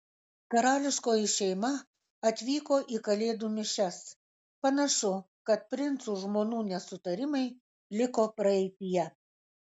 karališkoji šeima atvyko į kalėdų mišias panašu kad princų žmonų nesutarimai liko praeityje